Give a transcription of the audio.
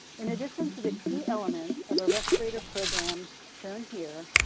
in addition to the key elements of a respirator program shown here,